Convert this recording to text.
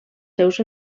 seus